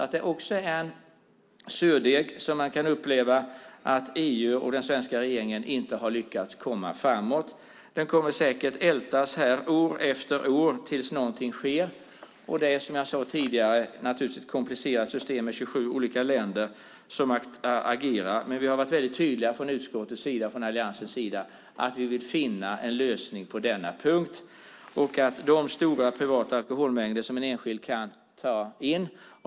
Det är också en surdeg, där man kan uppleva att EU och den svenska regeringen inte har lyckats komma framåt. Det kommer säkert att ältas här år efter år tills någonting sker, och det är som jag sade tidigare naturligtvis ett komplicerat system med 27 olika länder som agerar. Vi har dock varit väldigt tydliga från utskottets och från Alliansens sida att vi vill finna en lösning på denna punkt och när det gäller de stora privata alkoholmängder som en enskild kan ta in.